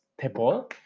table